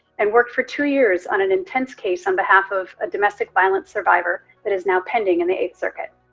and worked for two years on an intense case on behalf of a domestic violence survivor that is now pending in the eighth circuit.